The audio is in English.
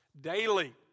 daily